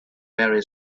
very